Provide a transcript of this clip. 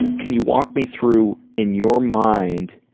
can you walk me through in your mind